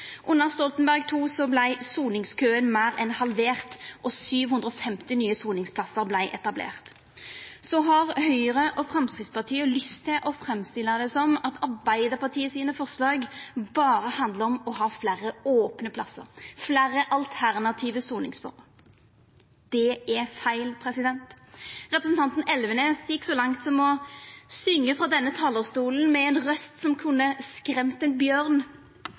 Stoltenberg II vart soningskøen meir enn halvert, og 750 nye soningsplassar vart etablerte. Så har Høgre og Framstegspartiet lyst til å framstilla det som at Arbeidarpartiet sine forslag berre handlar om å ha fleire opne plassar, fleire alternative soningsformer. Det er feil. Representanten Elvenes gjekk så langt som å syngja frå denne talarstolen med ei røyst som kunne skremt ein bjørn,